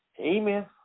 Amen